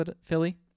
Philly